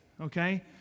okay